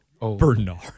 Bernard